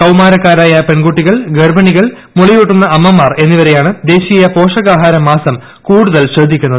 കൌമാരക്കാരായ പെൺകുട്ടികൾ ഗർഭിണികൾ മുലയൂട്ടുന്ന അമ്മമാർ എന്നിവരെയാണ് ്ദേശീയ പോഷകാഹാര മാസം കൂടുതൽ ശ്രദ്ധിക്കുന്നത്